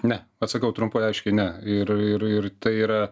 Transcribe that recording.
ne atsakau trumpai aiškiai ne ir ir ir tai yra